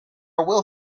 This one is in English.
will